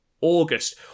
August